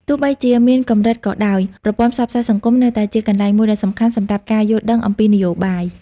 ទោះបីជាមានកម្រិតក៏ដោយ ប្រព័ន្ធផ្សព្វផ្សាយសង្គមនៅតែជាកន្លែងមួយដ៏សំខាន់សម្រាប់ការយល់ដឹងអំពីនយោបាយ